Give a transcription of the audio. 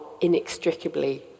inextricably